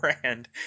brand